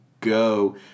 go